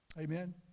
Amen